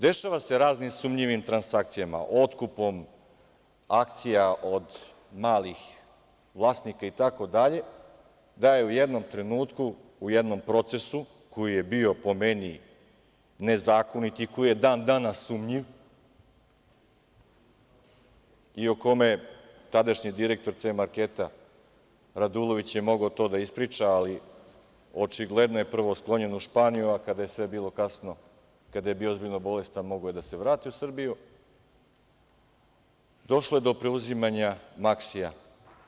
Dešava se razni sumnjivi transakcijama otkupom akcija od malih vlasnika itd, da je u jednom trenutku u jednom procesu, koji je bio po meni nezakonit i koji je dan danas sumnjiv, i o kome tadašnji direktor „C marketa“ Radulović je mogao to da ispriča, ali očigledno je prvo sklonjen u Španiju, a kada je sve bilo kasno, kada je bio ozbiljno bolestan mogao je da se vrati u Srbiju, došlo je do preuzimanja „Maksija“